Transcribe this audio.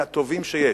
מן הטובים שיש.